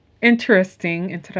interesting